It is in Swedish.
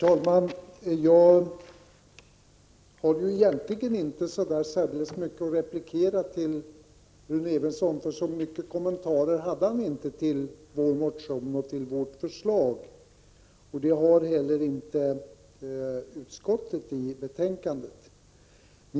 Herr talman! Jag har egentligen inte så mycket att säga i en replik till Rune Evensson, eftersom han inte hade så många kommentarer till vpk:s motion och förslag — det hade heller inte utskottet i betänkandet.